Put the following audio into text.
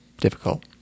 difficult